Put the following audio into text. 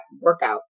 workout